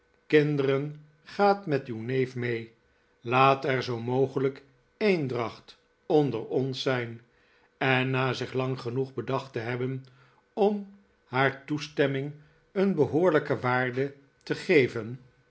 kinderen gaat met uw neef mee laat er zoo mogelijk eendracht onder ons zijn en na zich lang genoeg bedacht te hebben om haar toestemming een behoorlijke waarde te geven